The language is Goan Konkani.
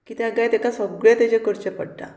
कित्याक काय ताका सगळें तेजें करचें पडटा